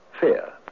fear